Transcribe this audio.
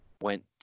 went